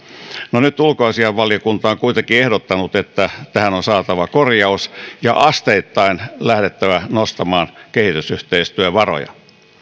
no nyt ulkoasiainvaliokunta on on kuitenkin ehdottanut että tähän on saatava korjaus ja asteittain lähdettävä nostamaan kehitysyhteistyövaroja